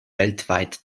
weltweit